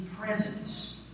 presence